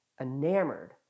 enamored